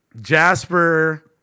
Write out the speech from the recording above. Jasper